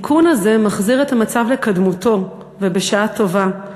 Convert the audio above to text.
התיקון הזה מחזיר את המצב לקדמותו, ובשעה טובה.